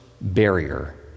barrier